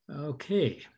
Okay